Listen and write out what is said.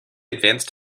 advanced